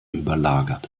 überlagert